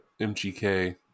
MGK